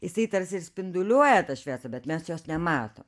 jisai tarsi ir spinduliuoja šviesą bet mes jos nemato